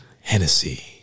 Hennessy